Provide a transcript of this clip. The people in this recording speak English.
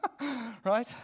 Right